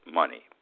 money